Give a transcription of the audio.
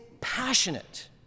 passionate